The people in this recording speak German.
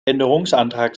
änderungsantrag